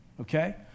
okay